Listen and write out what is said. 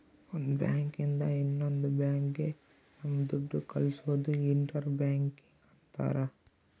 ಒಂದ್ ಬ್ಯಾಂಕ್ ಇಂದ ಇನ್ನೊಂದ್ ಬ್ಯಾಂಕ್ ಗೆ ನಮ್ ದುಡ್ಡು ಕಳ್ಸೋದು ಇಂಟರ್ ಬ್ಯಾಂಕಿಂಗ್ ಅಂತಾರ